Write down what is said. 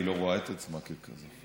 היא לא רואה את עצמה ככזאת.